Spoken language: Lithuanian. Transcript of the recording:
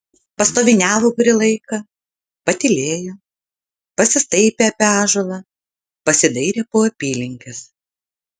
pastoviniavo kurį laiką patylėjo pasistaipė apie ąžuolą pasidairė po apylinkes